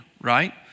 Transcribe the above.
right